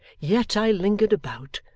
yet i lingered about,